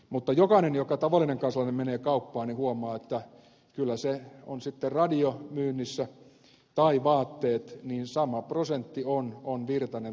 mutta jokainen tavallinen kansalainen joka menee kauppaan huomaa että on myynnissä radio tai vaatteet se on sama prosentti on sitten virtanen tai wahlroos